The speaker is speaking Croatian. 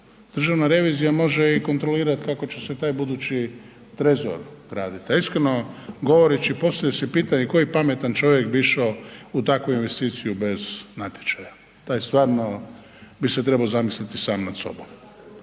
Državna revizija može i kontrolirat kako će se taj budući trezor graditi a iskreno, govoreći poslije se pitam i koji pametan čovjek bi išao u takvu investiciju bez natječaja, taj stvarno bi se trebao zamisliti sam nas sobom.